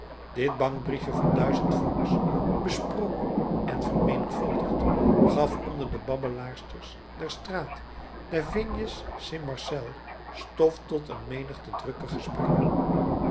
dit bankbriefje van duizend francs besproken en vermenigvuldigd gaf onder de babbelaarsters der straat des vignes st marcel stof tot een menigte drukke gesprekken